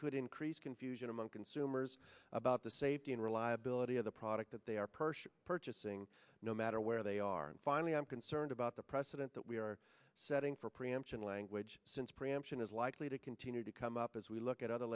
could increase confusion among consumers about the safety and reliability of the product that they are per share purchasing no matter where they are and finally i'm concerned about the precedent that we are setting for preemption language since preemption is likely to continue to come up as we look at other